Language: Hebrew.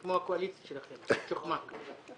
כמו הקואליציה, מצ'וקמק.